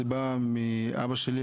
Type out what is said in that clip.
זה בא מאבא שלי,